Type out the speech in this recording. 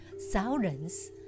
thousands